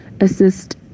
assist